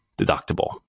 deductible